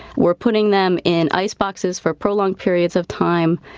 we're putting them in iceboxes for prolonged periods of time.